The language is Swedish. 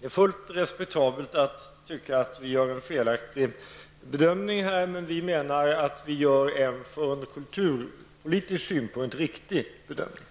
Det är fullt respektabelt att tycka att vi gör en felaktig bedömning, men vi anser att vi gör en ur kulturpolitisk synpunkt riktig bedömning.